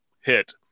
hit